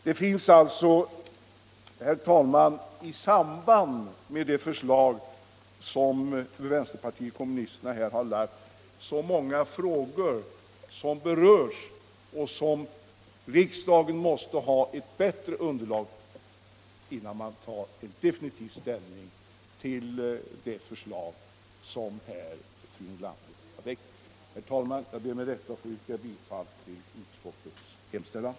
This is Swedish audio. Det förslag som vänsterpartiet kommunisterna här framlagt berör alltså en rad olika frågor. Innan riksdagen definitivt tar ställning till det förslag som fru Nordlander har väckt måste vi få fram ett bättre beslutsunderlag. Herr talman! Jag ber med detta få yrka bifall till utskottets hemställan.